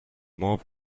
mauve